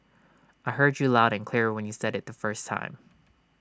I heard you loud and clear when you said IT the first time